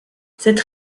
cette